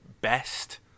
best